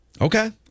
Okay